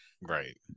right